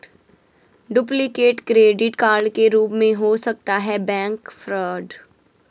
duplicate credit card के रूप में हो सकता है बैंक फ्रॉड